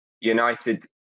United